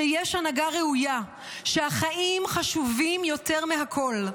שיש הנהגה ראויה, שהחיים חשובים יותר מהכול.